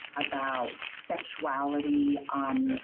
about sexuality, um yeah